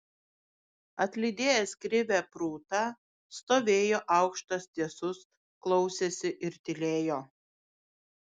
atlydėjęs krivę prūtą stovėjo aukštas tiesus klausėsi ir tylėjo